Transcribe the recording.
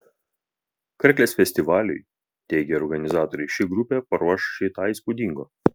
karklės festivaliui teigia organizatoriai ši grupė paruoš šį tą įspūdingo